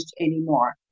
anymore